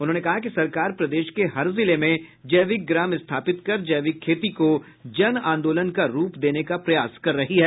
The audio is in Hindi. उन्होंने कहा कि सरकार प्रदेश के हर जिले में जैविक ग्राम स्थापित कर जैविक खेती को जन आंदोलन का रूप देने का प्रयास कर रही है